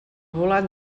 volant